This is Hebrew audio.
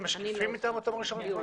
איתם משקיפים יותר מאשר וועדות רגילות?